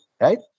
right